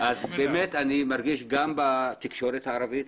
אני מרגיש נוכחות גם בתקשורת הערבית,